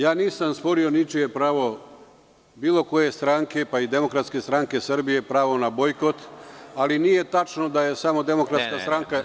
Ja nisam sporio ničije pravo, bilo koje stranke, pa i Demokratske stranke Srbije, pravo na bojkot, ali nije tačno da je samo Demokratska stranka…